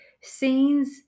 scenes